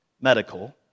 medical